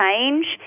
change